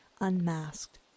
unmasked